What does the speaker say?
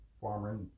farmer